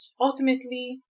ultimately